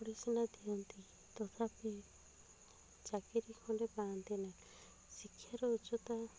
ପଢି ସିନା ଦିଅନ୍ତି ତଥାପି ଚାକିରି ଖଣ୍ଡେ ପାଆନ୍ତି ନାହିଁ ଶିକ୍ଷାର ଉଚ୍ଚତା